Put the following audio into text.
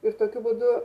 ir tokiu būdu